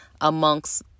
amongst